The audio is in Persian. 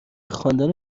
خواندن